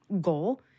goal